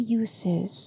uses